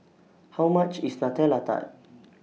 How much IS Nutella Tart